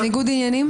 ניגוד עניינים.